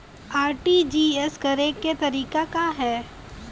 RTGS करे के तरीका का हैं?